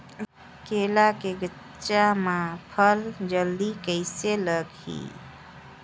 केला के गचा मां फल जल्दी कइसे लगही?